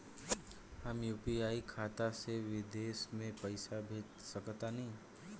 हम यू.पी.आई खाता से विदेश म पइसा भेज सक तानि?